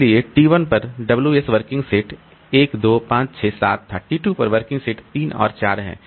इसलिए t 1 पर WS working set 1 2 5 6 7 था t 2 पर वर्किंग सेट 3 और 4 है